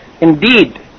indeed